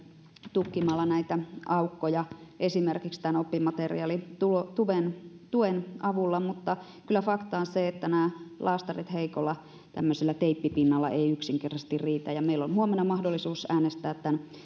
tukkimalla aukkoja esimerkiksi tämän oppimateriaalituen avulla mutta kyllä fakta on se että nämä laastarit tämmöisellä heikolla teippipinnalla eivät yksinkertaisesti riitä meillä on huomenna mahdollisuus äänestää tämän